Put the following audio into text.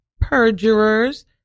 perjurers